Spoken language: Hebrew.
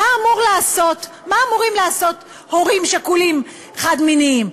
מה אמורים לעשות הורים שכולים חד-מיניים?